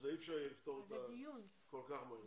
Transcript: אי אפשר יהיה לפתור אותה כל כך מהר.